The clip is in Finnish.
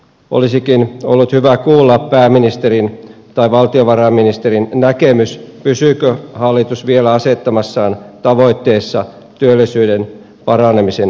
olisikin ollut hyvä kuulla pääministerin tai valtiovarainministerin näkemys pysyykö hallitus vielä asettamassaan tavoitteessa työllisyyden paranemisen suhteen